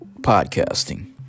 podcasting